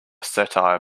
satire